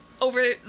over